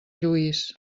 lluís